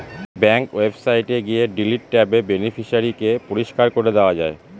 bank ওয়েবসাইটে গিয়ে delete ট্যাবে বেনিফিশিয়ারি কে পরিষ্কার করে দেওয়া যায়